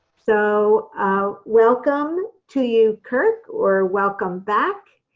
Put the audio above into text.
so welcome to you kirk or welcome back